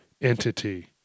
entity